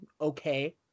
okay